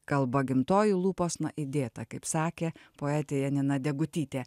kalba gimtoji lūposna įdėta kaip sakė poetė janina degutytė